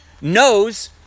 knows